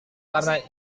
karena